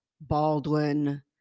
Baldwin